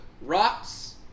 Rocks